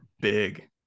big